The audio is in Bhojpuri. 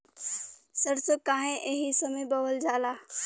सरसो काहे एही समय बोवल जाला?